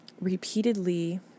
repeatedly